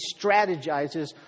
strategizes